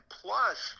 plus